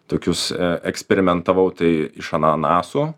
tokius eksperimentavau tai iš ananasų